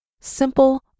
Simple